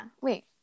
wait